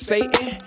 Satan